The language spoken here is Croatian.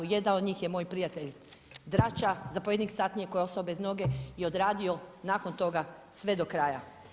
Jedan od njih je moj prijatelj Drača, zapovjednik satnije koji je ostao bez noge i odradio nakon toga sve do kraja.